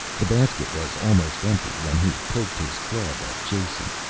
the basket was almost empty when he poked his club at jason.